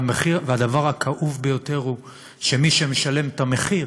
והדבר הכאוב ביותר הוא שמי שמשלמים את המחיר